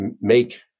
make